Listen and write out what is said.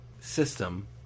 system